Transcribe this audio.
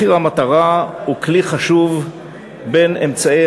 מחיר המטרה הוא כלי חשוב בין אמצעי